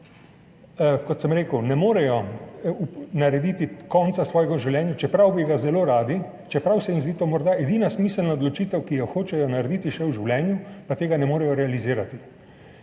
kot sem rekel, ne morejo narediti konca svojega življenja, čeprav bi ga zelo radi, čeprav se jim zdi to morda edina smiselna odločitev, ki jo hočejo narediti še v življenju, pa tega ne morejo realizirati.